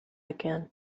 again